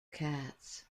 cats